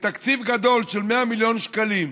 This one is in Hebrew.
בתקציב גדול של 100 מיליון שקלים,